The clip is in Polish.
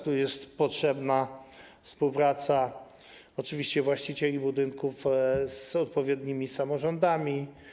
Tu jest potrzebna współpraca oczywiście właścicieli budynków z odpowiednimi samorządami.